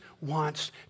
wants